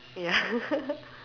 ya